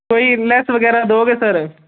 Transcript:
ਕੋਈ ਲੈਸ ਵਗੈਰਾ ਦਿਉਂਗੇ ਸਰ